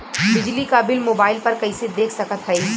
बिजली क bill mobile पर कईसे देख सकत हई?